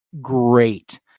great